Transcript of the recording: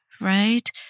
right